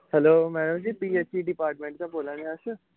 hello madam ji P H E department दा बोला ने अस